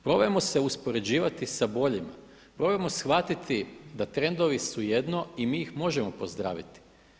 Probajmo se uspoređivati sa boljima, probajmo shvatiti da trendovi su jedno i mi ih možemo pozdraviti.